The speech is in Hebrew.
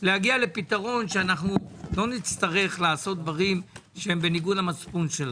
להגיע לפתרון שלא נצטרך לעשות דברים שבניגוד למצפון שלנו.